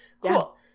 Cool